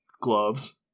gloves